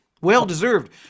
Well-deserved